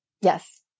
Yes